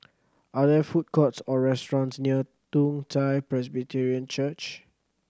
are there food courts or restaurants near Toong Chai Presbyterian Church